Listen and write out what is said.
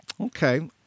Okay